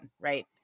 right